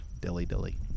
Dilly-dilly